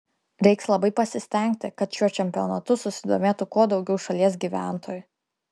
reiks labai pasistengti kad šiuo čempionatu susidomėtų kuo daugiau šalies gyventojų